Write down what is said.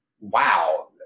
wow